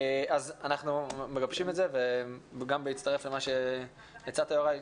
אנחנו מגבשים את זה וגם בהצטרף למה שהצעת יוראי.